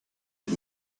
its